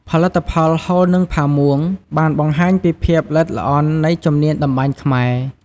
ផលិតផល ហូល និងផាមួង បានបង្ហាញពីភាពល្អិតល្អន់នៃជំនាញតម្បាញខ្មែរ។